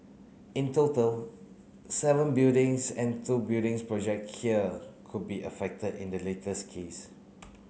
in total seven buildings and two buildings project here could be affected in the latest case